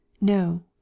No